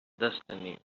destiny